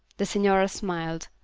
the signora smiled.